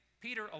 Peter